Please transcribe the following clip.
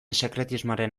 sekretismoaren